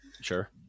sure